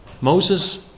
Moses